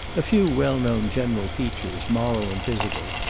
a few well known general features, moral and physical,